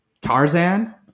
Tarzan